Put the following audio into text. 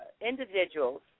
individuals